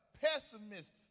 pessimists